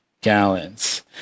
gallons